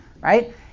Right